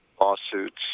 lawsuits